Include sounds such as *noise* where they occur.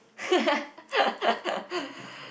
*laughs*